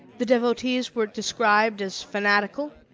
the devotees were described as fanatical,